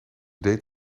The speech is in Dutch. deed